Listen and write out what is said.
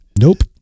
nope